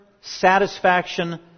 satisfaction